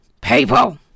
People